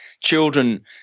children